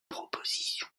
proposition